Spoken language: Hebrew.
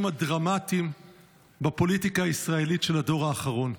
הדרמטיים בפוליטיקה הישראלית של הדור האחרון,